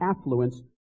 affluence